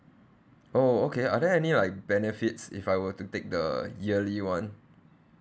oh okay are there any like benefits if I were to take the yearly [one]